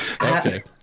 Okay